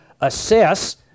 assess